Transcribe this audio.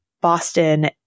Boston